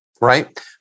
right